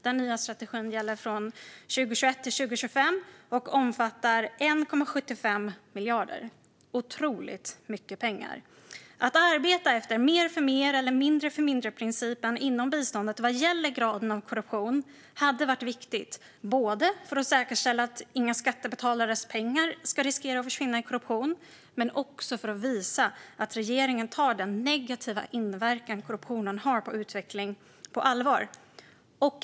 Den nya strategin gäller från 2021 till 2025 och omfattar 1,75 miljarder. Det är otroligt mycket pengar. Att arbeta efter principen om "mer för mer" och "mindre för mindre" inom biståndet vad gäller graden av korruption hade varit viktigt, både för att säkerställa att inga skattebetalares pengar ska riskera att försvinna i korruption och för att visa att regeringen tar den negativa inverkan korruptionen har på utveckling på allvar.